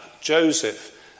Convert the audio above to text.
Joseph